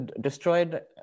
destroyed